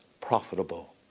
profitable